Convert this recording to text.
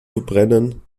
verbrennen